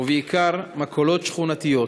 ובעיקר מכולות שכונתיות,